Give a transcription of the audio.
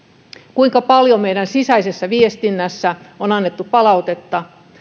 kuinka paljon meidän sisäisessä viestinnässämme on annettu palautetta